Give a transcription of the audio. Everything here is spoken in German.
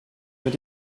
mit